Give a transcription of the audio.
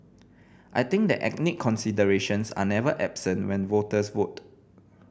I think that ethnic considerations are never absent when voters vote